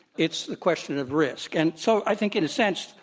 it's a question of risk. and so i think in a sense,